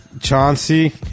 Chauncey